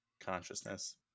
consciousness